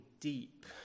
deep